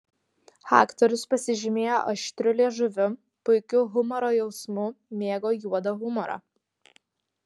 aktorius pasižymėjo aštriu liežuviu puikiu humoro jausmu mėgo juodą humorą